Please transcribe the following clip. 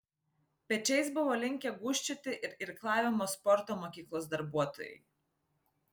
pečiais buvo linkę gūžčioti ir irklavimo sporto mokyklos darbuotojai